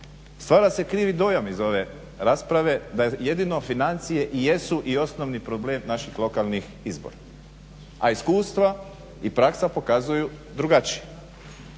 Stvara se krivi dojam iz ove rasprave da jedino financije i jesu i osnovni problem naših lokalnih izbora a iskustva i praksa pokazuju drugačije.